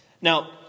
Now